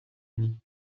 uni